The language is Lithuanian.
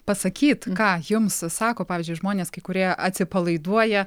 pasakyt ką jums sako pavyzdžiui žmonės kai kurie atsipalaiduoja